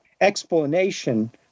explanation